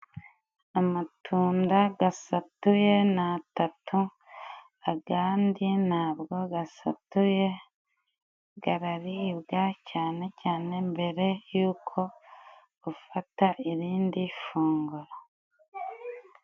Amatunda gasatuye ni atatu, agandi ntabwo gasatuye. Gararibwa cyane cyane mbere y'uko ufata irindi funguro.